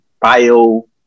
bio